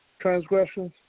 transgressions